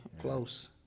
Close